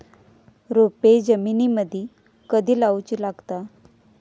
रोपे जमिनीमदि कधी लाऊची लागता?